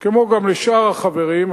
כמו גם לשאר החברים,